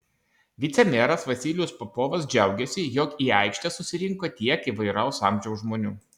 vicemeras vasilijus popovas džiaugėsi jog į aikštę susirinko tiek įvairaus amžiaus žmonių